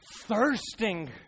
thirsting